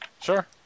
Sure